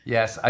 Yes